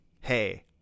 hey